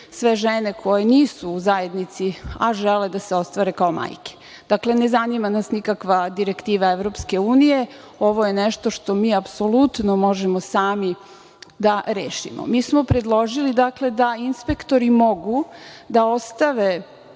sve žene koje nisu u zajednici, a žele da se ostvare kao majke. Dakle, ne zanima nas nikakva direktiva EU, ovo je nešto što mi apsolutno možemo sami da rešimo. Predložili smo, dakle, da inspektori mogu da ostave